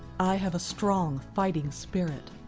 i have a strong fighting spirit.